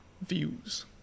views